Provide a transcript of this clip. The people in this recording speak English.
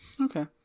Okay